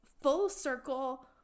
full-circle